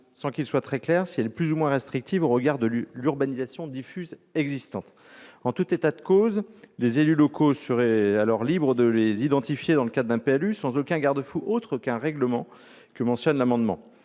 savons pas très bien si elle est plus ou moins restrictive au regard de l'urbanisation diffuse existante. En tout état de cause, les élus locaux seraient alors libres de les identifier dans le cadre d'un PLU sans garde-fou autre qu'un règlement. La portée de cet amendement